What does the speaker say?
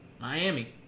Miami